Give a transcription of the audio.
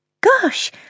Gosh